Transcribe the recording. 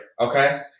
okay